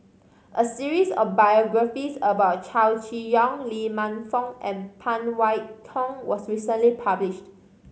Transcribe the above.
a series of biographies about Chow Chee Yong Lee Man Fong and Phan Wait Hong was recently published